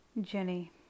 Jenny